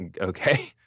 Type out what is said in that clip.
Okay